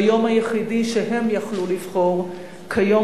ביום היחידי שהם היו יכולים לבחור כיום